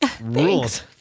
rules